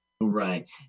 Right